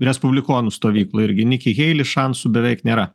respublikonų stovykloj irgi niki heili šansų beveik nėra